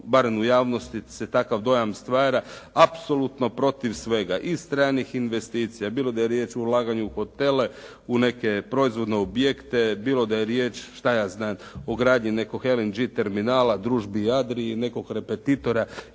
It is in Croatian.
barem u javnosti se takav dojam stvara apsolutno protiv svega, i stranih investicija, bilo da je riječ o ulaganju u hotele, u neke proizvodne objekte, bilo da je riječ, što ja znam, o gradnji nekog Heling terminala, Družbi Adriji, nekog repetitora